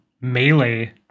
melee